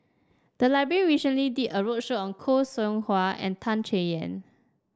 the library recently did a roadshow on Khoo Seow Hwa and Tan Chay Yan